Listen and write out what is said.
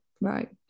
Right